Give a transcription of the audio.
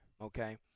Okay